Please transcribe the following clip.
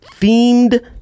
themed